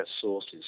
sources